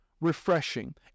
refreshing